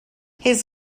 his